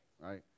right